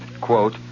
quote